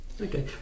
Okay